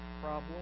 problem